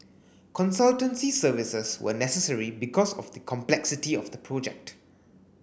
consultancy services were necessary because of the complexity of the project